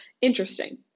interesting